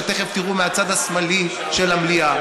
שתכף תראו מהצד השמאלי של המליאה.